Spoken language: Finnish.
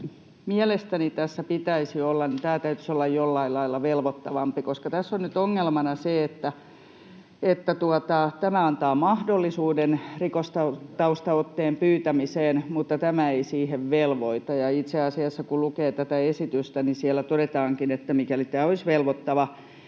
mielestäni tässä pitäisi olla: tämän täytyisi olla jollain lailla velvoittavampi, koska tässä on nyt ongelmana se, että tämä antaa mahdollisuuden rikostaustaotteen pyytämiseen mutta tämä ei siihen velvoita, ja itse asiassa, kun lukee tätä esitystä, siellä todetaankin, että mikäli tämä olisi velvoittava,